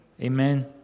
Amen